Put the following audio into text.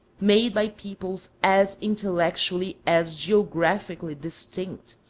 made by peoples as intellectually as geographically distinct,